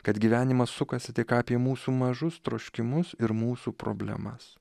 kad gyvenimas sukasi tik apie mūsų mažus troškimus ir mūsų problemas